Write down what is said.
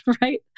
right